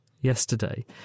yesterday